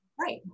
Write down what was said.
Right